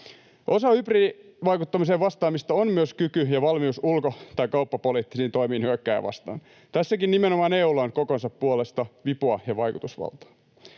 Osa hybridivaikuttamiseen vastaamista on myös kyky ja valmius ulko‑ tai kauppapoliittisiin toimiin hyökkääjää vastaan. Tässäkin nimenomaan EU:lla on kokonsa puolesta vipua ja vaikutusvaltaa.